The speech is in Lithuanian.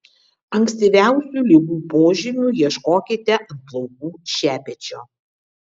ankstyviausių ligų požymių ieškokite ant plaukų šepečio